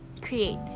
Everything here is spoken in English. create